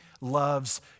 loves